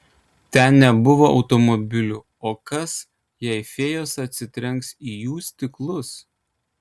ten nebuvo automobilių o kas jei fėjos atsitrenks į jų stiklus